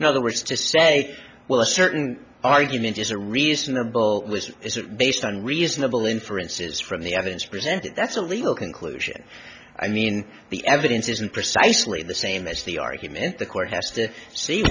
now other words to say well a certain argument is a reasonable was is based on reasonable inferences from the evidence presented that's a legal conclusion i mean the evidence isn't precisely the same as the argument the court has to see